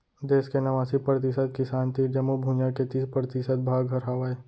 देस के नवासी परतिसत किसान तीर जमो भुइयां के तीस परतिसत भाग हर हावय